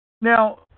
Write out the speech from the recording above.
Now